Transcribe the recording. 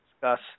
discuss